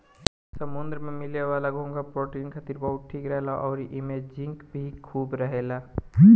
समुंद्र में मिले वाला घोंघा प्रोटीन खातिर बहुते ठीक रहेला अउरी एइमे जिंक भी खूब रहेला